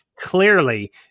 Clearly